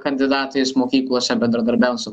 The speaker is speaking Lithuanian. kandidatais mokyklose bendradarbiaut su